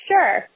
Sure